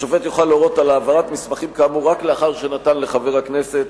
השופט יוכל להורות על העברת מסמכים כאמור רק לאחר שנתן לחבר הכנסת